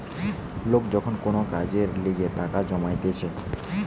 লোক যখন কোন কাজের লিগে টাকা জমাইতিছে